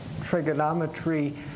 trigonometry